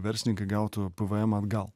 verslininkai gautų pėvėemą atgal